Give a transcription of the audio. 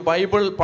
Bible